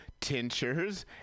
tinctures